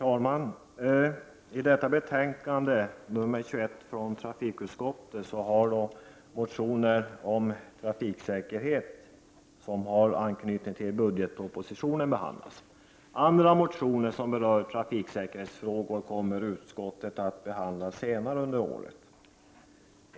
Herr talman! Betänkande nr 21 från trafikutskottet behandlar motioner om trafiksäkerhet som har anknytning till budgetpropositionen. Andra motioner som berör trafiksäkerhetsfrågor kommer utskottet att behandla senare.